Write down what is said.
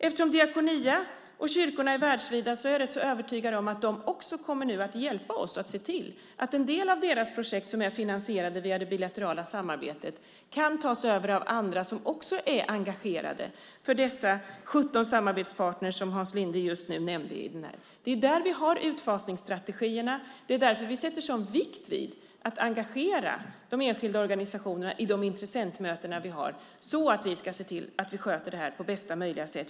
Eftersom Diakonia och kyrkorna är världsvida är jag rätt övertygad om att de nu kommer att hjälpa oss att se till att en del av deras projekt som är finansierade via det bilaterala samarbetet kan tas över av andra som också är engagerade i dessa 17 samarbetspartner som Hans Linde just nämnde. Det är där vi har utfasningsstrategierna. Det är därför som vi fäster sådan vikt vid att engagera de enskilda organisationerna i de intressentmöten som vi har så att vi kan se till att vi sköter det här på bästa möjliga sätt.